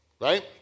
right